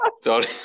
Sorry